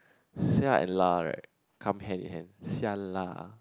sia and lah right come hand in hand sia lah